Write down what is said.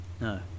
No